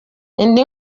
indi